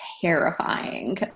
terrifying